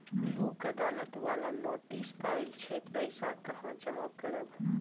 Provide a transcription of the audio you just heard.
लोक अदालत बाला नोटिस आयल छै पैसा कहां जमा करबऽ?